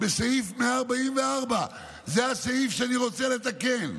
בסעיף 144, זה הסעיף שאני רוצה לתקן,